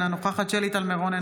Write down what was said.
אינה נוכחת שלי טל מירון,